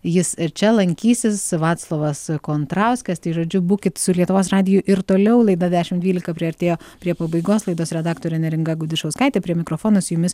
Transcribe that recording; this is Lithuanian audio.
jis ir čia lankysis vaclovas kontrauskas tai žodžiu būkit su lietuvos radiju ir toliau laida dešim dvylika priartėjo prie pabaigos laidos redaktorė neringa gudišauskaitė prie mikrofono su jumis